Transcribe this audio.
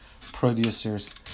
producers